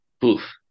Poof